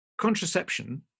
Contraception